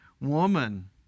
woman